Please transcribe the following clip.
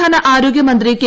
സംസ്ഥാന ആരോഗ്യമന്ത്രി കെ